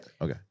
okay